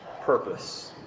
purpose